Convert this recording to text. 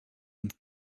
and